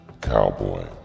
cowboy